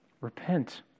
Repent